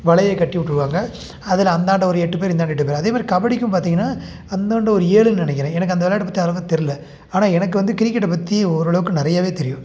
வலையை கட்டி விட்டுருவாங்க அதில் அந்தாண்டை ஒரு எட்டு பேர் இந்தாண்டை எட்டு பேர் அதே மாதிரி கபடிக்கும் பார்த்திங்கன்னா அந்தாண்டை ஒரு ஏழுன்னு நினைக்கிறேன் எனக்கு அந்த விளையாட்டை பற்றி அவ்வளோக்கா தெரில ஆனால் எனக்கு கிரிக்கெட்டை பற்றி ஓரளவுக்கு நிறையாவே தெரியும்